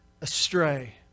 astray